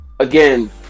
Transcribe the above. Again